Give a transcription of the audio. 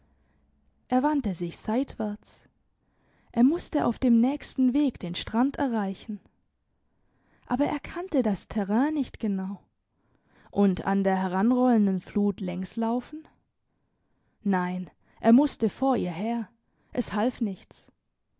er wandte sich seitwärts er musste auf dem nächsten weg den strand erreichen aber er kannte das terrain nicht genau und an der heranrollenden flut längs laufen nein er musste vor ihr her es half nichts